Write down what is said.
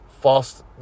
false